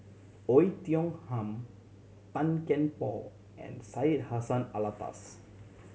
Oei Tiong Ham Tan Kian Por and Syed Hussein Alatas